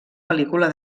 pel·lícula